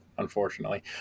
unfortunately